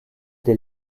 des